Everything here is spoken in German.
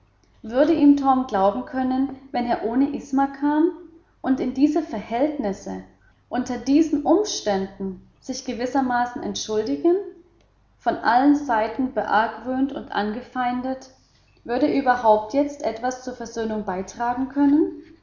würde ihm torm glauben können wenn er ohne isma kam und in diese verhältnisse unter diesen umständen sich gewissermaßen entschuldigen von allen seiten beargwöhnt und angefeindet würde er überhaupt jetzt etwas zur versöhnung beitragen können